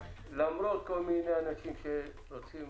-- למרות כל מיני אנשים שרוצים